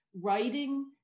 writing